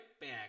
back